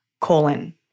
colon